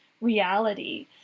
reality